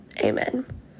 Amen